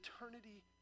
eternity